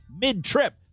mid-trip